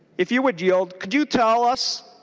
if you would yield? could you tell us